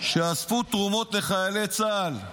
שאספו תרומות לחיילי צה"ל.